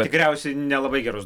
tikriausiai nelabai gerus